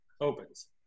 opens